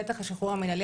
בטח השחרור המנהלי